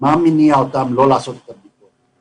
מה מניע אותם לא לעשות את הבדיקות.